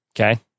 Okay